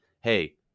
hey